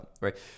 right